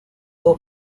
dos